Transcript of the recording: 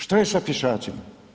Šta je sa pješacima?